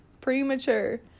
premature